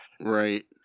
Right